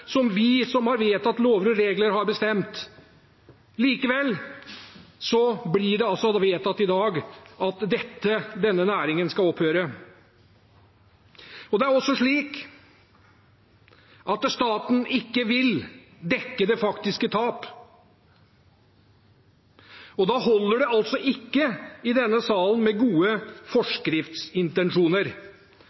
som vi, som har vedtatt lover og regler, har bestemt. Likevel blir det altså vedtatt i dag at denne næringen skal opphøre. Det er også slik at staten ikke vil dekke det faktiske tap, og da holder det altså ikke med gode forskriftsintensjoner i denne salen.